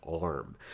arm